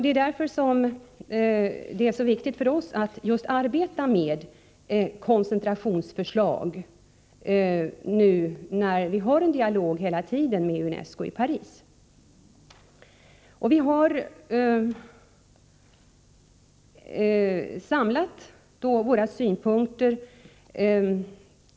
Det är därför som det är så viktigt för oss att arbeta med koncentrationsförslag, nu när vi hela tiden för en dialog med UNESCO i Paris. De nordiska länderna har samlat sina synpunkter.